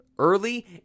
Early